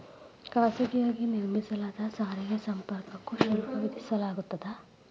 ಖಾಸಗಿಯಾಗಿ ನಿರ್ಮಿಸಲಾದ ಸಾರಿಗೆ ಸಂಪರ್ಕಕ್ಕೂ ಶುಲ್ಕ ವಿಧಿಸಲಾಗ್ತದ